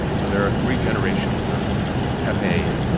so there are three generations of pepes,